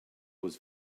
was